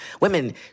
women